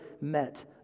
met